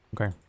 Okay